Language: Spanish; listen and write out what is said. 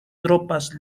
tropas